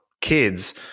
kids